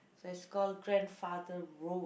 so it's called grandfather road